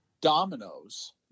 dominoes